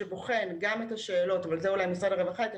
שבוחן גם את השאלות ולזה אולי משרד הרווחה יתייחס,